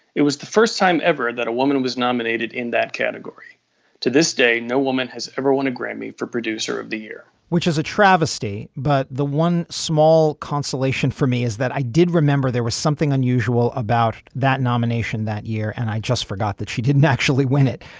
it was the first time ever that a woman who was nominated in that category to this day no woman has ever won a grammy for producer of the year which is a travesty but the one small consolation for me is that i did remember there was something unusual about that nomination that year and i just forgot that she didn't actually win it.